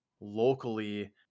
locally